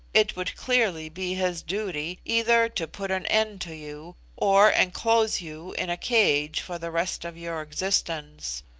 it would clearly be his duty, either to put an end to you, or enclose you in a cage for the rest of your existence.